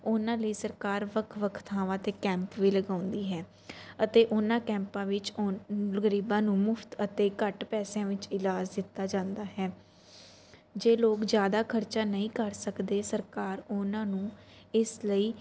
ਉਹਨਾਂ ਲਈ ਸਰਕਾਰ ਵੱਖ ਵੱਖ ਥਾਵਾਂ 'ਤੇ ਕੈਂਪ ਵੀ ਲਗਾਉਂਦੀ ਹੈ ਅਤੇ ਉਹਨਾਂ ਕੈਂਪਾਂ ਵਿੱਚ ਗਰੀਬਾਂ ਨੂੰ ਮੁਫਤ ਅਤੇ ਘੱਟ ਪੈਸਿਆਂ ਵਿੱਚ ਇਲਾਜ ਦਿੱਤਾ ਜਾਂਦਾ ਹੈ ਜੇ ਲੋਕ ਜ਼ਿਆਦਾ ਖਰਚਾ ਨਹੀ ਕਰ ਸਕਦੇ ਸਰਕਾਰ ਉਹਨਾ ਨੂੰ ਇਸ ਲਈ